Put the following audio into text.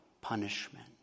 punishment